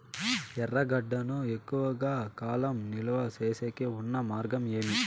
ఎర్రగడ్డ ను ఎక్కువగా కాలం నిలువ సేసేకి ఉన్న మార్గం ఏమి?